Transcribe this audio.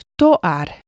toar